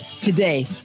Today